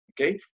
okay